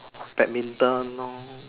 badminton lor